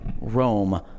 Rome